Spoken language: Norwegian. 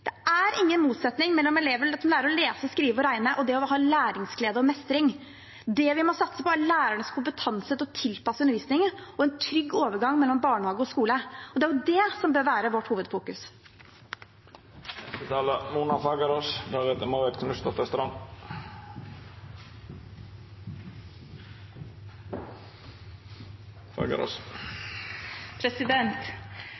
Det er ingen motsetning mellom elever som lærer å lese, skrive og regne, og det å kjenne læringsglede og mestring. Det vi må satse på, er lærernes kompetanse til å tilpasse undervisningen og få en trygg overgang mellom barnehage og skole. Det er det som bør være vårt